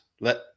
let